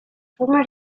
forma